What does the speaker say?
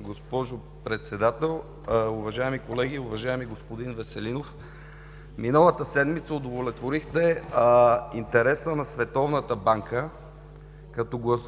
госпожо Председател. Уважаеми колеги, уважаеми господин Веселинов, миналата седмица удовлетворихте интереса на Световната банка,